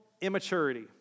immaturity